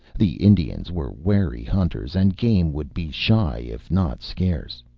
the indians were wary hunters, and game would be shy if not scarce.